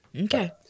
Okay